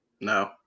No